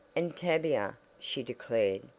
and tavia, she declared,